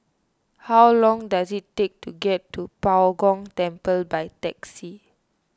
how long does it take to get to Bao Gong Temple by taxi